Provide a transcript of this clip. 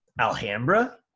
Alhambra